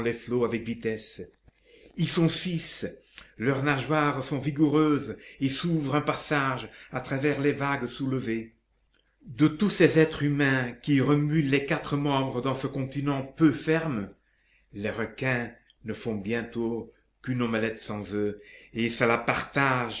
avec vitesse ils sont six leurs nageoires sont vigoureuses et s'ouvrent un passage à travers les vagues soulevées de tous ces êtres humains qui remuent les quatre membres dans ce continent peu ferme les requins ne font bientôt qu'une omelette sans oeufs et se la partagent